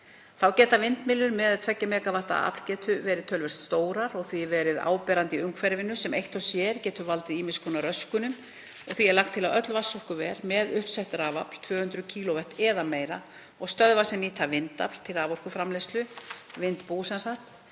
Þá geta vindmyllur með 2 MW aflgetu verið töluvert stórar og því verið áberandi í umhverfinu sem eitt og sér getur valdið ýmiss konar röskunum. Því er lagt til að öll vatnsorkuver með uppsett rafafl 200 kW eða meira og stöðvar sem nýta vindafl til raforkuframleiðslu, þ.e.